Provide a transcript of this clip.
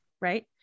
Right